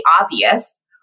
obvious